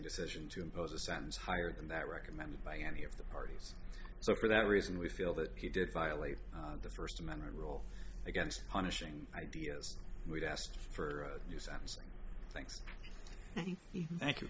decision to impose a sentence higher than that recommended by any of the parties so for that reason we feel that he did violate the first amendment rule against punishing ideas we've asked for you sounds thank you thank